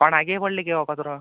कोणागे पडला गे हो कचरो